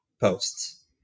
posts